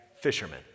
fishermen